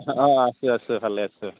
অঁ আছোঁ আছোঁ ভালে আছে